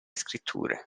scritture